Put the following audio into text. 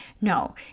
No